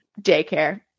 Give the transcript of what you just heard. daycare